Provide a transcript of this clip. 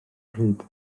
pryd